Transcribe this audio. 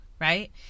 Right